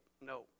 no